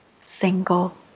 single